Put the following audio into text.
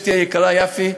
אשתי היקרה יפי,